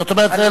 זאת אומרת,